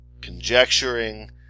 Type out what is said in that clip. conjecturing